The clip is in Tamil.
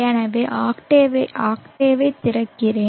எனவே ஆக்டேவைத் திறக்கிறேன்